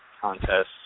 contests